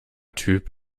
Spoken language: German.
typ